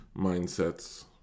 mindsets